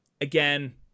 Again